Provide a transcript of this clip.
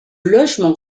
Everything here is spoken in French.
logement